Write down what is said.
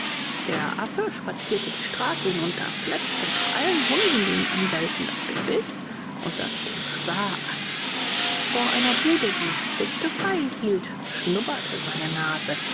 der affe spazierte die straße hinunter fletschte nach allen hunden die ihn anbellten das gebiß und sah sich den basar an vor einer bude die früchte feilhielt schnubberte seine nase